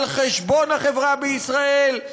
על חשבון החברה בישראל,